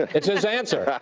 it's his answer.